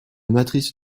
matrice